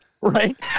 Right